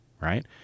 right